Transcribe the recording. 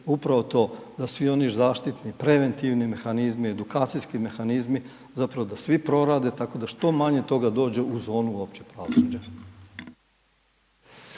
upravo to da svi oni zaštitni, preventivni mehanizmi, edukacijski mehanizmi zapravo da svi prorade tako da što manje toga dođe u zonu uopće pravosuđa.